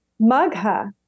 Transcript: Magha